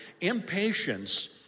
impatience